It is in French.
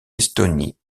estonie